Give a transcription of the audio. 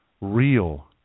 real